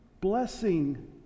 blessing